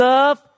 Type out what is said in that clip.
Love